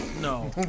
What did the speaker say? No